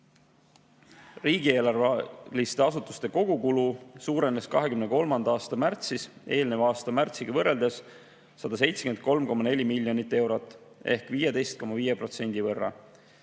järjest. Riigieelarveliste asutuste kogukulu suurenes 2023. aasta märtsis eelneva aasta märtsiga võrreldes 173,4 miljonit eurot ehk 15,5% võrra